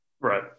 Right